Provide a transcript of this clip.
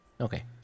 Okay